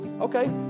Okay